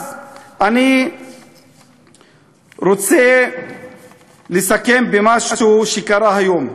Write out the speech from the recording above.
אני רוצה לסיים במשהו שקרה היום: